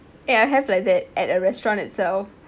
and I have like that at a restaurant itself